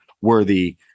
worthy